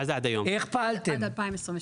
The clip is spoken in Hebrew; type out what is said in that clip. איך פעלתם עד היום?